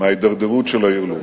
מההידרדרות של העיר לוד.